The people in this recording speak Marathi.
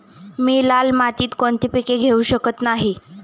मी लाल मातीत कोणते पीक घेवू शकत नाही?